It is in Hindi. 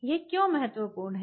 यह क्यों महत्वपूर्ण है